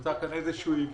נוצר כאן עיוות.